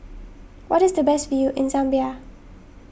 what is the best view in Zambia